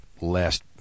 last